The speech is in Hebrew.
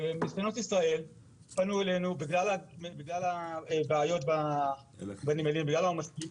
מספנות ישראל פנו אלינו בגלל הבעיות בנמלים ובגלל העומסים.